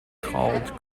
called